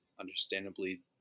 understandably